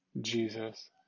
Jesus